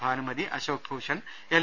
Bhanumathi Ashok Bhushan L